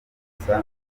gusa